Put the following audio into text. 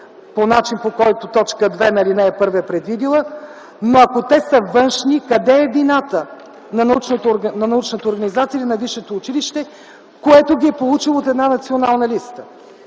по начин, по който т. 2 на ал. 1 е предвидила. Но ако те са външни, къде е вината на научната организация или на висшето училище, което ги е получило от една Национална листа,